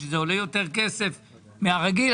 שזה עולה יותר כסף מן הרגיל.